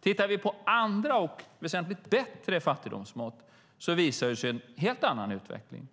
Tittar vi på andra och väsentligt bättre fattigdomsmått visar sig en helt annan utveckling.